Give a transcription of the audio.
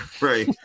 right